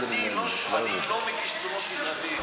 אני לא מגיש תלונות סדרתי,